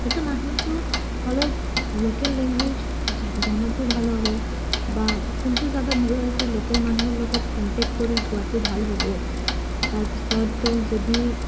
সেইটো মানুহটো অলপ লোকেল লেংগুৱেজ জানাতো ভাল হ'ব বা কোনটো জাগাত গৈ আছে লোকেল মানুহৰ লগত কণ্টেক্ট কৰি যোৱাটো ভাল হ'ব তাৰপিছত যদি